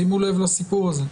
שימו לב לסיפור הזה.